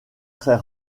très